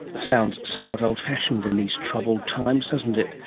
sounds somewhat old-fashioned in these troubled times doesn't it?